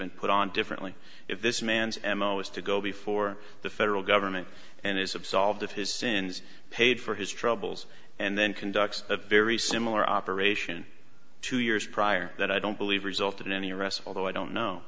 been put on differently if this man's m o is to go before the federal government and his absolved of his sins paid for his troubles and then conduct a very similar operation two years prior that i don't believe resulted in any arrests although i don't know